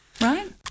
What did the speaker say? Right